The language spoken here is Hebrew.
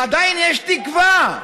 עדיין יש תקווה,